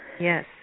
Yes